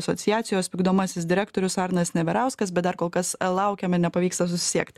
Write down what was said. asociacijos vykdomasis direktorius arnas neverauskas bet dar kol kas laukiame nepavyksta susisiekt